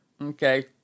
Okay